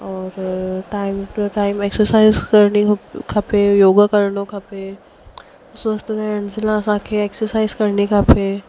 औरि time to time exercise करणी खपे योगा करिणो खपे स्वस्थ रहण जे लाइ असांखे एक्सरसाइज़ करणी खपे